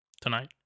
tonight